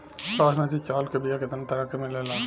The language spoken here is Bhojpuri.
बासमती चावल के बीया केतना तरह के मिलेला?